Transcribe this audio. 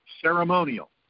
ceremonial